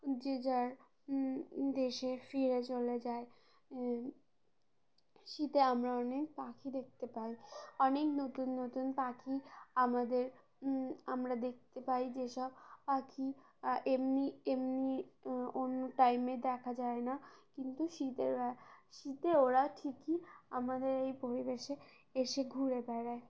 যে যার দেশে ফিরে চলে যায় শীতে আমরা অনেক পাখি দেখতে পাই অনেক নতুন নতুন পাখি আমাদের আমরা দেখতে পাই যেসব পাখি এমনি এমনি অন্য টাইমে দেখা যায় না কিন্তু শীতের শীতে ওরা ঠিকই আমাদের এই পরিবেশে এসে ঘুরে বেড়ায়